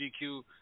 GQ